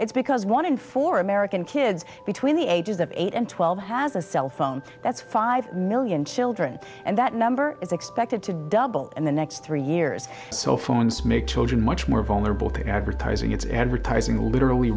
it's because one in four american kids between the ages of eight and twelve has a cell phone that's five million children and that number is expected to double in the next three years so phones make children much more vulnerable to advertising its advertising literally